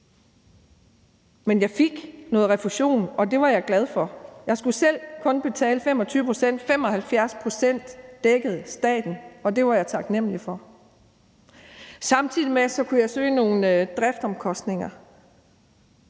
Men jeg fik noget refusion, og det var jeg glad for. Jeg skulle selv kun betale 25 pct.; 75 pct. dækkede staten, og det var jeg taknemlig for. Samtidig kunne jeg søge om dækning af nogle driftsomkostninger.